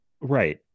Right